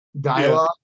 dialogue